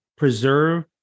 preserve